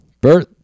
Bert